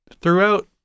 throughout